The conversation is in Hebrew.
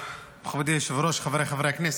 מכובדי היושב-ראש, חבריי חברי הכנסת,